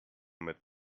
mit